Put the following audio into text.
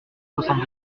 soixante